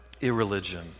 irreligion